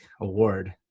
award